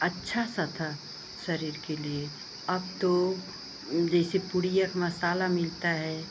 अच्छा सा था शरीर के लिए अब तो जैसे पुड़ियों का मसाला मिलता है